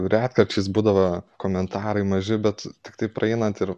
retkarčiais būdavo komentarai maži bet tiktai praeinant ir